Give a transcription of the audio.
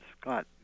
scott